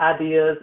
ideas